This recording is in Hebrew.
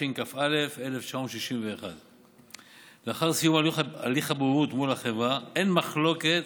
התשכ"א 1961. לאחר סיום הליך הבוררות מול החברה אין מחלוקת